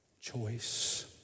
choice